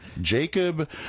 Jacob